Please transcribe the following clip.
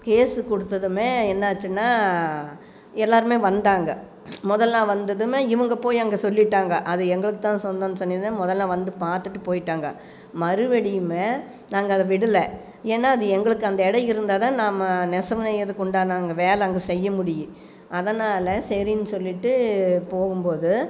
case கொடுத்ததுமே என்னாச்சுன்னா எல்லோருமே வந்தாங்க முதல் நாள் வந்ததும் இவங்க போய் அங்கே சொல்லிட்டாங்க அது எங்களுக்குதான் சொந்தம் சொல்லித்தான் முதல் நாள் வந்து பார்த்துட்டு போயிட்டாங்க மறுபடியுமே நாங்கள் அதை விடல ஏனால் அது எங்களுக்கு அந்த இடம் இருந்தால்தான் நாம் நெசவு நெய்யறதுக்கு உண்டான அங்கே வேலை அங்கே செய்ய முடியும் அதனால் சரினு சொல்லிவிட்டு போகும்போது